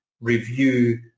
review